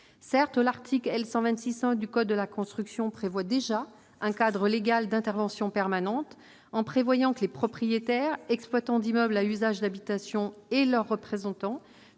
Certes, l'article L. 126-1 du code de la construction et de l'habitation prévoit déjà un cadre légal d'intervention permanente, en précisant que « les propriétaires ou exploitants d'immeubles à usage d'habitation ou leurs représentants